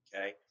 Okay